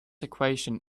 equation